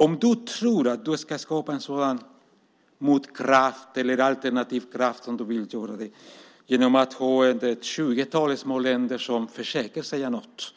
Om du tror att du ska skapa en sådan motkraft eller alternativ kraft genom att ha ett 20-tal små länder som försöker säga något